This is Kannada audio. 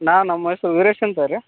ನಾನು ಮೈಸೂರು ವೀರೇಶ್ ಅಂತ ರೀ